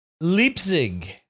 Leipzig